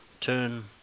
turn